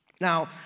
Now